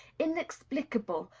inexplicable,